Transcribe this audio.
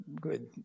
good